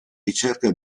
ricerca